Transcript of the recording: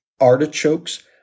artichokes